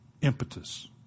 impetus